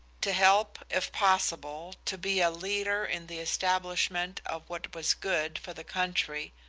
to help, if possible, to be a leader in the establishment of what was good for the country,